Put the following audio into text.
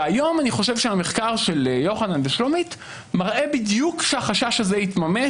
היום אני חושב שהמחקר של יוחנן ושלומית מראה בדיוק שהחשש הזה התממש.